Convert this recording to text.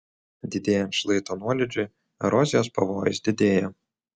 didėjant šlaito nuolydžiui erozijos pavojus didėja